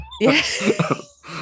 Yes